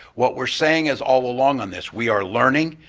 what we're saying is all along on this we are learning,